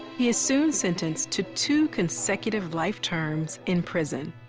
he is soon sentenced to two consecutive life terms in prison.